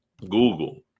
Google